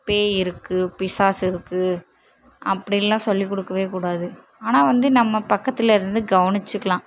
பேய் இருக்கு பிசாசு இருக்கு அப்படின்லாம் சொல்லி கொடுக்கவே கூடாது ஆனால் வந்து நம்ம பக்கத்தில் இருந்து கவனிச்சிக்கிலாம்